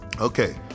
Okay